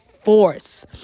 force